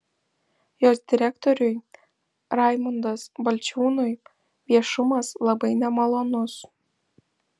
jos direktoriui raimundas balčiūnui viešumas labai nemalonus